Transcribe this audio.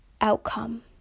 outcome